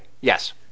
Yes